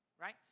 right